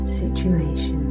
situation